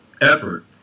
effort